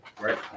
right